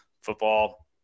football